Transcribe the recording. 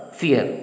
fear